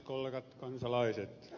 kollegat kansalaiset media